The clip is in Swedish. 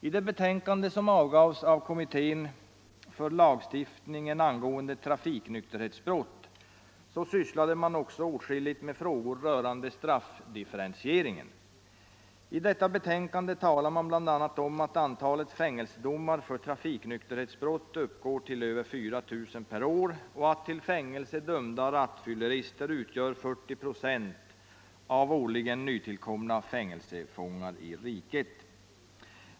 I det betänkande som avgavs av kommittén för lagstiftningen angående trafiknykterhetsbrott sysslade man åtskilligt med frågor rörande straffdifferentiering. Man talar bl.a. i detta betänkande om att antalet fängelsedomar för trafiknykterhetsbrott uppgår till över 4000 per år och att till fängelse dömda rattfyllerister utgör 40 procent av de årligen nytillkomna fängelsefångarna i riket.